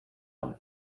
авна